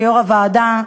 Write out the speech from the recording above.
כיו"ר הוועדה.